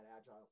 agile